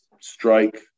Strike